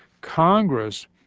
Congress